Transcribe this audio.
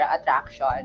attraction